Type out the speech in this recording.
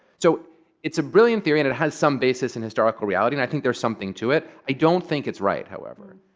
so it's a brilliant theory. and it has some basis in historical reality. and i think there's something to it. i don't think it's right, however.